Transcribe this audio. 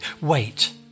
Wait